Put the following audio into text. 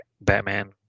Batman